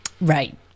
Right